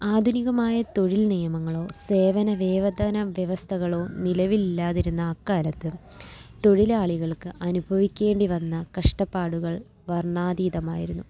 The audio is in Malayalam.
ആധുനികമായ തൊഴിൽ നിയമങ്ങളോ സേവന വേതനം വ്യവസ്ഥകളോ നിലവിലില്ലാതിരുന്ന അക്കാലത്ത് തൊഴിലാളികൾക്ക് അനുഭവിക്കേണ്ടിവന്ന കഷ്ടപ്പാടുക്കൾ വർണാതീതമായിരുന്നു